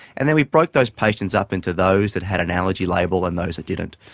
and then we broke those patients up into those that had an allergy label and those that didn't.